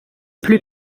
plus